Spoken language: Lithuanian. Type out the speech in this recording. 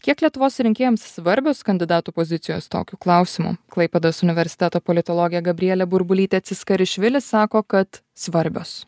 kiek lietuvos rinkėjams svarbios kandidatų pozicijos tokiu klausimu klaipėdos universiteto politologė gabrielė burbulytė ciskarišvilis sako kad svarbios